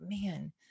man